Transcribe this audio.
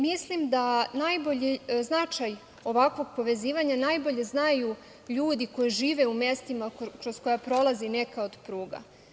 Mislim da značaj ovakvog povezivanja najbolje znaju ljudi koji žive u mestima kroz kraja prolazi neka od pruga.